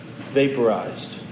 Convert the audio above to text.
vaporized